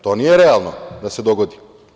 To nije realno da se dogodi.